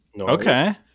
Okay